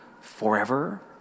forever